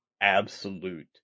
absolute